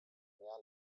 mehr